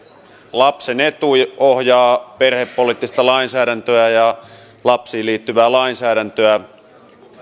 lapsen etu ohjaa perhepoliittista ja lapsiin liittyvää lainsäädäntöä